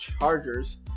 Chargers